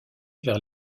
vers